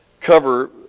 cover